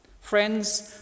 Friends